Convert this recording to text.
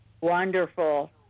Wonderful